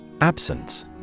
Absence